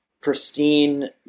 pristine